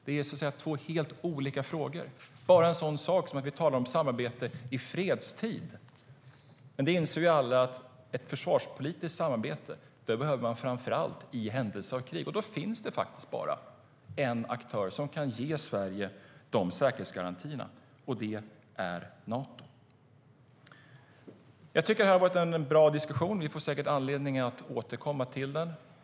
Det är två helt olika frågor. Bara en sådan sak som att vi talar om samarbete i fredstid - vi inser alla att ett försvarspolitiskt samarbete behövs framför allt i händelse av krig. Då finns det faktiskt bara en aktör som kan ge Sverige de säkerhetsgarantierna, och det är Nato.Jag tycker att det har varit en bra diskussion här, och vi får säkert anledning att återkomma till den.